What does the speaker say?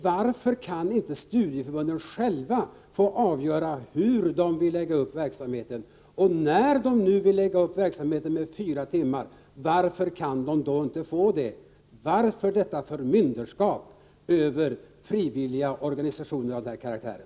Varför kan inte studieförbunden själva få avgöra hur de vill lägga upp verksamheten? Och när de nu vill lägga upp verksamheten på fyratimmarssammankomster, varför skall de då inte få göra det? Varför detta förmynderskap över frivilliga organisationer av den här karaktären?